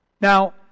Now